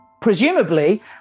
Presumably